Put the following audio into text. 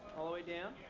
all the way down.